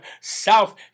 South